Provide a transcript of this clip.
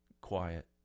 quiet